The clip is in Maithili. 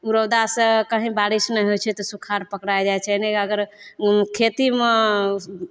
ओ रौदा से कहीं बारिष नहि होइ छै तऽ सुखार पकड़ा जाइ छै नहि अगर खेतीमे